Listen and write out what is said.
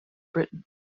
britain